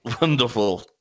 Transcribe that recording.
Wonderful